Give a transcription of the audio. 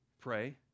pray